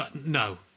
no